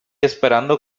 esperando